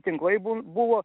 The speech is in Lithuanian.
tinklai bun buvo